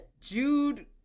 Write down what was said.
jude